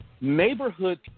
Neighborhood